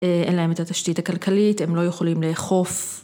‫אין להם את התשתית הכלכלית, ‫הם לא יכולים לאכוף.